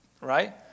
right